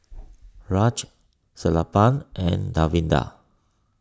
Raj Sellapan and Davinder